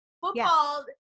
football